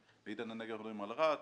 בעידן הנגב אנחנו מדברים על רהט,